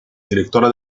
directora